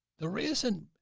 the reason